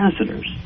ambassadors